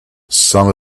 some